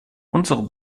unsere